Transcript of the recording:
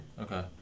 Okay